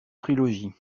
trilogie